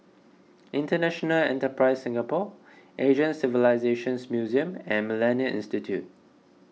International Enterprise Singapore Asian Civilisations Museum and Millennia Institute